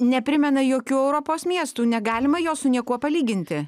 neprimena jokių europos miestų negalima jo su niekuo palyginti